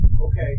okay